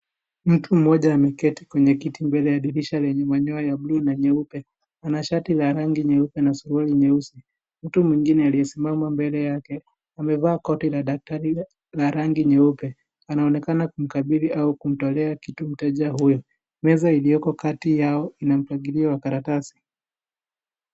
Mtu mmoja ameketi kwenye kiti mbele ya dirisha yenye manyoa ya bluu na nyeupe ,ana shati la rangi nyeupe na suruali nyeusi . Mtu mwingine aliyesimama mbele yake amevaa koti la daktari la rangi nyeupe . Anaonekana kumkabithi au kumtolea kitu mteja huyu. Meza iliyoko Kati yao ina mpangilio wa karatasi.